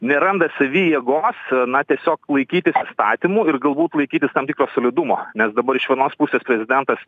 neranda savy jėgos na tiesiog laikytis įstatymų ir galbūt laikytis tam tikro solidumo nes dabar iš vienos pusės prezidentas